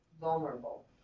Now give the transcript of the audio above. vulnerable